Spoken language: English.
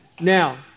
Now